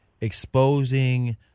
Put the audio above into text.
exposing